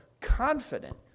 confident